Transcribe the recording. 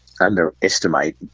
underestimate